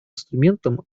инструментом